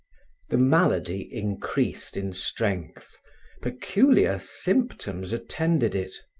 the malady increased in strength peculiar symptoms attended it.